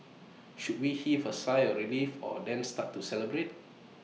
should we heave A sigh of relief or then start to celebrate